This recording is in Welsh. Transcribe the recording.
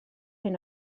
hyn